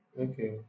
Okay